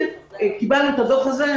קיבלנו את הדוח הזה.